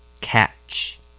Catch